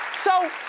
so,